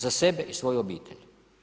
Za sebe i svoju obitelj.